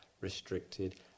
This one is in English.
restricted